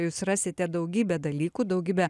jūs rasite daugybę dalykų daugybę